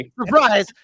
Surprise